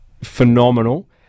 phenomenal